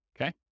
Okay